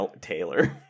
taylor